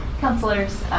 counselors